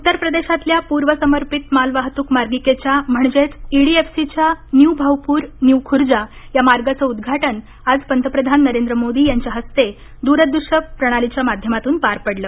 उत्तर प्रदेशातल्या पूर्व समर्पित मालवाहतूक मार्गिकेच्या म्हणजेच ईडीएफसीच्या न्यू भाऊपूर न्यू खुर्जा या मार्गाचं उद्घाटन आज पंतप्रधान नरेंद्र मोदी यांच्या हस्ते द्रदृश्य प्रणालीच्या माध्यमातून पार पडलं